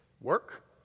Work